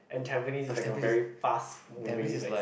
and Tampines is like a very fast moving like